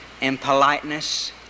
impoliteness